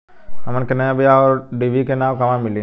हमन के नया बीया आउरडिभी के नाव कहवा मीली?